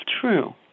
true